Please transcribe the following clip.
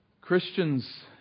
Christians